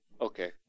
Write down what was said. Okay